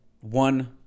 one